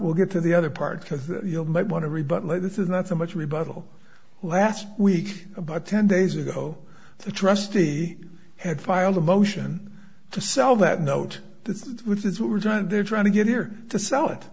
we'll get to the other part because you might want to rebut lee this is not so much rebuttal last week about ten days ago the trustee had filed a motion to sell that note this is which is what we're trying to they're trying to get here to sell it